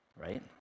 right